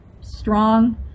strong